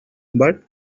but